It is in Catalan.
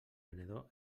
venedor